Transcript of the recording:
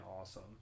awesome